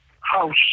house